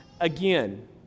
again